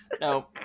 No